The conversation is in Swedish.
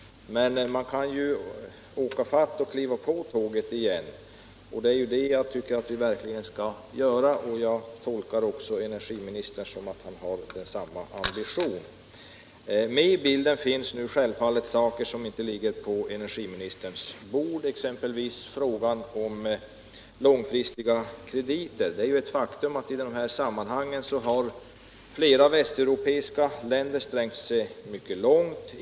Men man kan ju åka i fatt och kliva på tåget igen, och det är det jag tycker att vi skall göra. Jag tolkar också energiministern så att han har samma ambition. Med i bilden finns nu självfallet saker som inte ligger på energiministerns bord, exempelvis frågan om långfristiga krediter. Det är ett faktum att flera västeuropeiska länder i detta sammanhang har sträckt sig mycket långt.